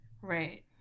right